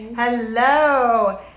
Hello